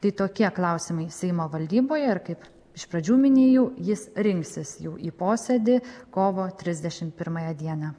tai tokie klausimai seimo valdyboje ir kaip iš pradžių minėjau jis rinksis jau į posėdį kovo trisdešimt pirmąją dieną